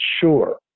sure